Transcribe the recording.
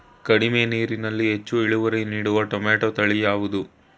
ಕಡಿಮೆ ನೀರಿನಲ್ಲಿ ಹೆಚ್ಚು ಇಳುವರಿ ನೀಡುವ ಟೊಮ್ಯಾಟೋ ತಳಿ ಯಾವುದು?